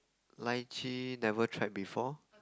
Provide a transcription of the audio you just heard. lychee never tried before